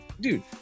dude